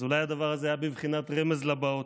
אז אולי הדבר הזה היה בבחינת רמז לבאות.